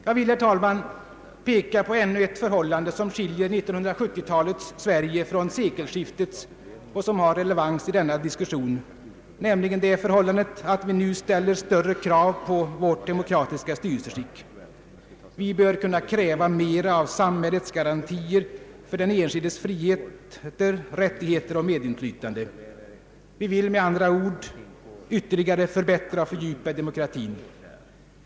Jag vill, herr talman, peka på ännu ett förhållande som skiljer 1970-talets Sverige från sekelskiftets och som har relevans i denna diskussion, nämligen det förhållandet att vi nu ställer större krav på vårt demokratiska styrelseskick. Vi bör kunna kräva mera av samhälleliga garantier för den enskildes friheter, rättigheter och medinflytande. Vi vill med andra ord ytterligare förbättra och fördjupa demokratin.